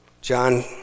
John